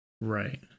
Right